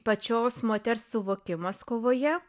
pačios moters suvokimas kovoje